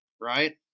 right